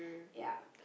ya